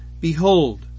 Behold